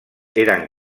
eren